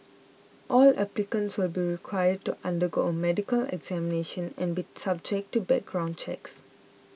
all applicants will be required to undergo a medical examination and be subject to background checks